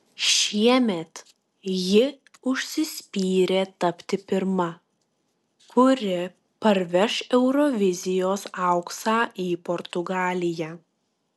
šiemet ji užsispyrė tapti pirma kuri parveš eurovizijos auksą į portugaliją